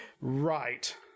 Right